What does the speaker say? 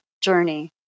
journey